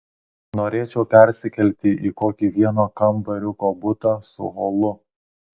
norėčiau persikelti į kokį vieno kambariuko butą su holu